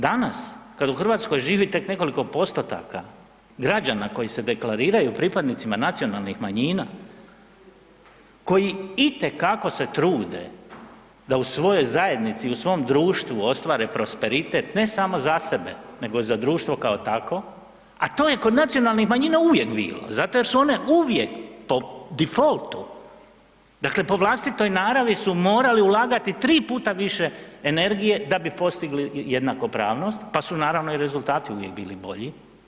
Danas kad u RH živi tek nekoliko postotaka građana koji se deklariraju pripadnicima nacionalnih manjina koji itekako se trude da u svojoj zajednici, u svom društvu ostvare prosperitet ne samo za sebe nego i za društvo kao takvo, a to je kod nacionalnih manjina uvijek bilo zato jer su one uvijek „po difoltu“, dakle po vlastitoj naravi su morali ulagati 3 puta više energije da bi postigli jednakopravnost, pa su naravno i rezultati uvijek bili bolji.